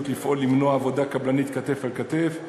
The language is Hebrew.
לפעול למנוע עבודה קבלנית כתף אל כתף.